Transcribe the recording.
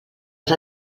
els